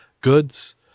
goods